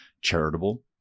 charitable